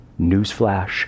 Newsflash